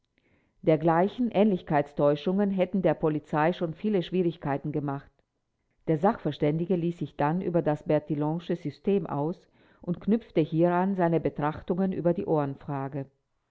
dergleichen ähnlichkeitstäuschungen hätten der polizei schon viele schwierigkeiten gemacht der sachverständige ließ sich dann über das bertillonsche system aus und knüpfte hieran seine betrachtungen über die